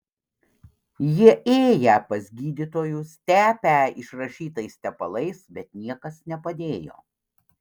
jie ėję pas gydytojus tepę išrašytais tepalais bet niekas nepadėjo